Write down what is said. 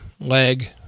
leg